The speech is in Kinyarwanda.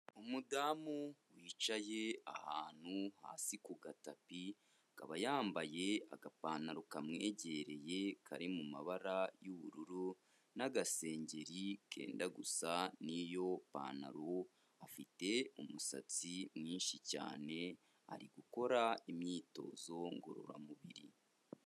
Umudamu wicaye ahantu hasi ku gatapi akaba yambaye agapantaro kamwegereye, kari mu mabara y'ubururu n'agasengeri kenda gusa n'iyo pantaro, afite umusatsi mwinshi cyane; ari gukora imyitozo ngororamubiri.